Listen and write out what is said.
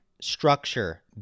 structure